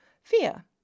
Fear